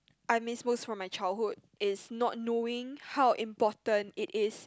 I miss most from my childhood is not knowing how important it is